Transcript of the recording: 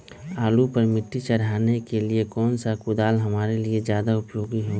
आलू पर मिट्टी चढ़ाने के लिए कौन सा कुदाल हमारे लिए ज्यादा उपयोगी होगा?